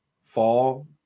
fall